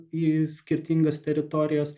į skirtingas teritorijas